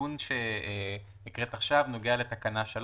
התיקון שהקראת עכשיו נוגע לתקנה 3